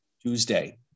Tuesday